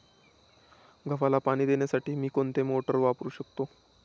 गव्हाला पाणी देण्यासाठी मी कोणती मोटार वापरू शकतो?